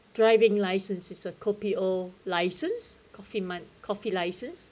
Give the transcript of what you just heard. driving licence is a kopi O license coffee mon~ coffee licence